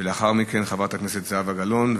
ולאחר מכן חברת הכנסת זהבה גלאון.